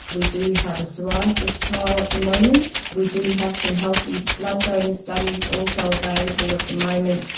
we do have a psoriasis trial at the moment, we do have some healthy blood donor studies also available at the moment,